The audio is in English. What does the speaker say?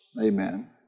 Amen